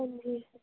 ਹਾਂਜੀ